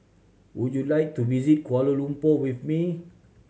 would you like to visit Kuala Lumpur with me